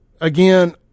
again